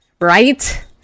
Right